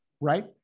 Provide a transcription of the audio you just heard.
right